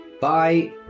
Bye